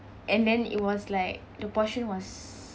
and then it was like the portion was